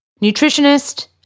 nutritionist